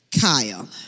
Kyle